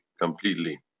completely